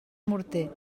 morter